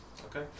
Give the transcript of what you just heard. Okay